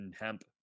hemp